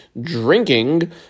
drinking